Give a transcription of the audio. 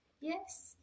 Yes